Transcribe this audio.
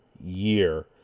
year